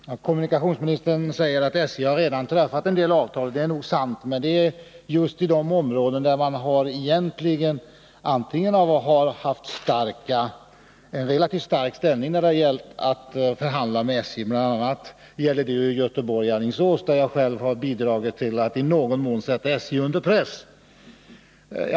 Herr talman! Kommunikationsministern säger att SJ redan träffat en del avtal. Det är nog sant. Men det avser områden där man haft en relativt stark ställning när det gällt att förhandla med SJ — bl.a. Göteborg-Alingsås, där jag själv i någon mån bidragit till att sätta SJ under press.